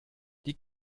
die